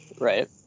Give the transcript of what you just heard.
Right